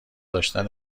داشتن